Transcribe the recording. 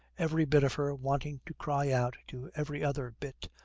every bit of her wanting to cry out to every other bit,